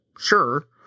sure